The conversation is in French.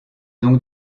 donc